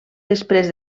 després